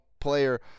player